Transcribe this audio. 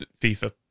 FIFA